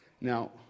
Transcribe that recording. Now